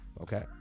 Okay